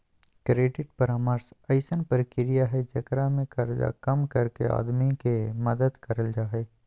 credit परामर्श अइसन प्रक्रिया हइ जेकरा में कर्जा कम करके आदमी के मदद करल जा हइ